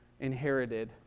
inherited